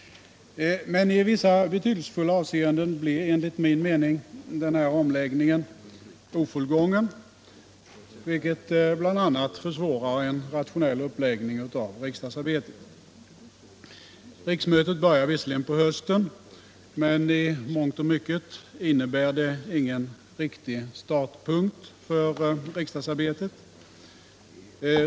Men i vissa betydelsefulla avseenden blev enligt min mening den här omläggningen ofullgången, vilket bl.a. försvårar en rationell uppläggning av riksdagsarbetet. Riksmötet börjar visserligen på hösten, men i mångt och mycket innebär det ingen riktig startpunkt för riksdagsarbetet.